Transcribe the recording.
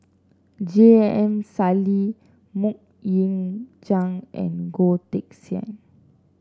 J M Sali MoK Ying Jang and Goh Teck Sian